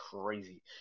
crazy